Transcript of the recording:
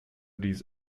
these